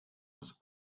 was